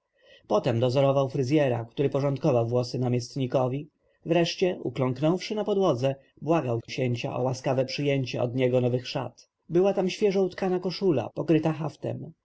dozorował fryzjera który porządkował włosy namiestnikowi wreszcie uklęknąwszy na podłodze błagał księcia o łaskawe przyjęcie od niego nowych szat była tam świeżo utkana koszula pokryta haftem